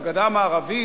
לגדה המערבית,